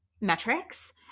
metrics